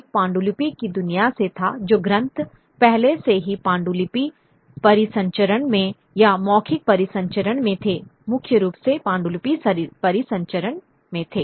एक पांडुलिपि की दुनिया से था जो ग्रंथ पहले से ही पांडुलिपि परिसंचरण में या मौखिक परिसंचरण में थे मुख्य रूप से पांडुलिपि परिसंचरण में थे